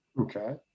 Okay